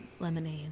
Lemonade